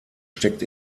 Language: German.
steckt